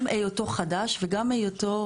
גם היותו חדש וגם היותו,